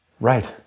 Right